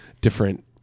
different